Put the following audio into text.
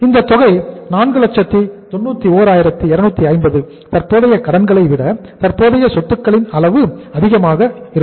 இந்த தொகை 491250 தற்போதைய கடன்களை விட தற்போதைய சொத்துக்களின் அளவு அதிகமாகும்